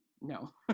no